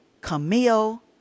Camille